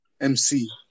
MC